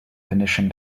finishing